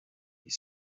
you